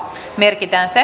mietitään sen